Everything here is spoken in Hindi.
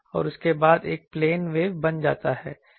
और उसके बाद एक प्लेन वेव बन जाता है